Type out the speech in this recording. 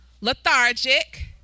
lethargic